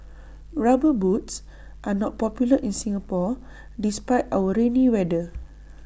rubber boots are not popular in Singapore despite our rainy weather